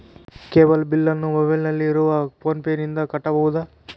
Cable ಬಿಲ್ಲನ್ನು ಮೊಬೈಲಿನಲ್ಲಿ ಇರುವ ಫೋನ್ ಪೇನಿಂದ ಕಟ್ಟಬಹುದಾ?